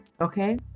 okay